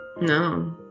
No